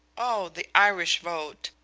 oh, the irish vote!